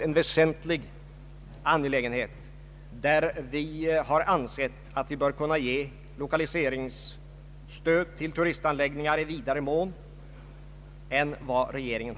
En väsentlig förstärkning av de regionalpolitiska medlen föresloges.